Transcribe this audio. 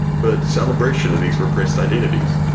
but celebration of these repressed identities,